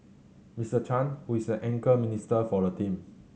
Mister Chan who is the anchor minister for the team